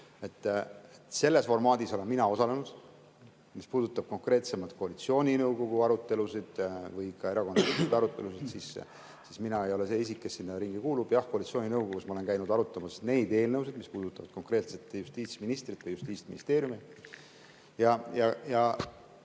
Selles formaadis olen mina osalenud. Mis puudutab konkreetsemalt koalitsiooninõukogu arutelusid või ka erakondade arutelusid, siis mina ei ole see isik, kes sinna ringi kuulub. Jah, koalitsiooninõukogus ma olen käinud arutamas neid eelnõusid, mis puudutavad konkreetselt justiitsministrit ja Justiitsministeeriumi. Kui